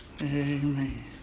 Amen